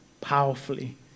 powerfully